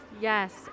Yes